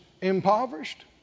impoverished